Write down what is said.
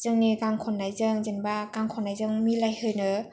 जोंनि गान खननायजों जेनेबा गान खननायजों मिलाय होनो